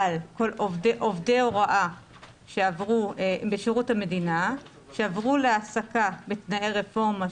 עובדי הוראה בשירות המדינה שעברו להעסקה בתנאי רפורמה,